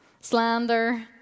slander